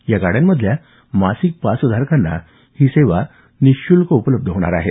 या गाड्यांमधल्या मासिक पासधारकांना ही सेवा निशुल्क उपलब्ध होणार आहे